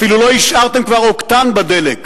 אפילו לא השארתם כבר אוקטן בדלק.